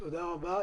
תודה רבה.